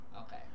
Okay